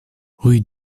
rue